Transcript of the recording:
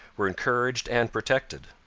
were encouraged and protected.